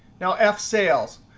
now f sales,